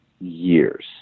years